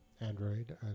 Android